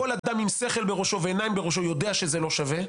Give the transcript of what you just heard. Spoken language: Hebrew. כל אדם עם שכל בראשו ועיניים בראשו יודע שזה לא שווה,